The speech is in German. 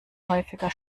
häufiger